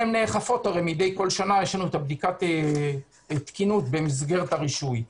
והן נאכפות הרי מדי שנה יש לנו את בדיקת התקינות במסגרת הרישוי.